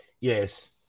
Yes